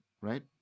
right